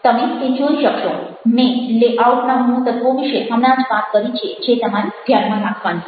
મેં લેઆઉટ ના મૂળ તત્વો વિશે હમણાં જ વાત કરી છે જે તમારે ધ્યાનમાં રાખવાની છે